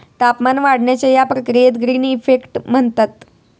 तापमान वाढण्याच्या या प्रक्रियेक ग्रीन इफेक्ट म्हणतत